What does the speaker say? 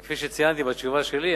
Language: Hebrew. וכפי שציינתי בתשובה שלי,